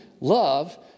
love